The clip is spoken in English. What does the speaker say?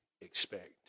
expect